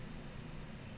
mmhmm